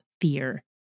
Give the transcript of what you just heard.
fear